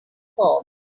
fog